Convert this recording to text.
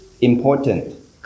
important